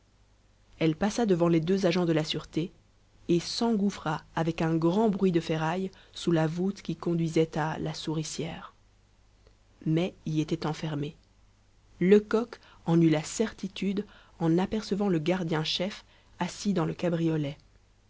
elle passa devant les deux agents de la sûreté et s'engouffra avec un grand bruit de ferraille sous la voûte qui conduisait à la souricière mai y était enfermé lecoq en eut la certitude en apercevant le gardien chef assis dans le cabriolet